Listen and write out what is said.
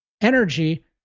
energy